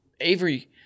Avery